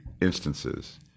instances